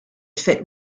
fit